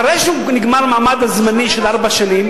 אחרי שנגמר המעמד הזמני של ארבע שנים,